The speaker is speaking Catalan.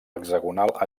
hexagonal